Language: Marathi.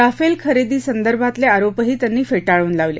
राफेल खरेदी संदर्भातले आरोपही त्यांनी फेटाळून लावले